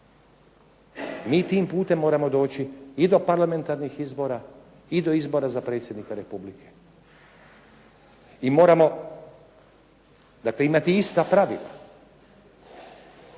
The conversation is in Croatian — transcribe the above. Mi tim putem moramo doći i do parlamentarnih izbora i do izbora za Predsjednika Republike. I moramo dakle imati ista pravila.